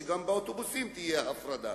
שגם באוטובוסים תהיה הפרדה.